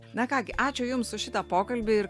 na ką gi ačiū jums už šitą pokalbį ir